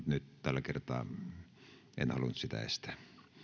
nyt tällä kertaa en halunnut sitä estää